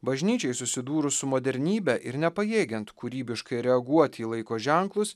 bažnyčiai susidūrus su modernybe ir nepajėgiant kūrybiškai reaguoti į laiko ženklus